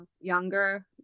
younger